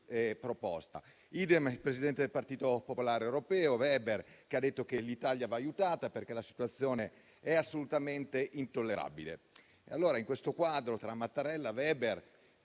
proposta. *Idem* per il presidente del Partito Popolare Europeo Weber, il quale ha dichiarato che l'Italia va aiutata, perché la situazione è assolutamente intollerabile. In questo quadro, tra Mattarella, Weber,